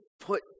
put